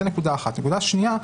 נקודה שנייה,